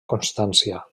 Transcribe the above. constància